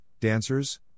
dancers